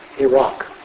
Iraq